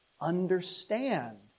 understand